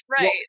right